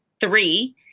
Three